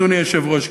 אדוני היושב-ראש,